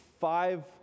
five